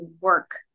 work